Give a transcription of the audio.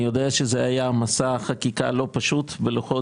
אני יודע שזה היה מסע חקיקה לא פשוט בלוחות